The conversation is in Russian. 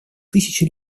тысячи